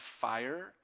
fire